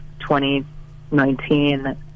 2019